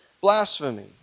blasphemy